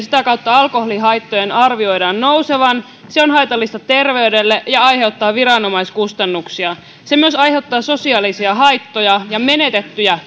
sitä kautta alkoholihaittojen arvioidaan nousevan se on haitallista terveydelle ja aiheuttaa viranomaiskustannuksia se myös aiheuttaa sosiaalisia haittoja ja menetettyjä